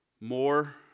More